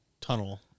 tunnel